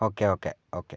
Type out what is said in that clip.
okay okay okay